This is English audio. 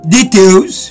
Details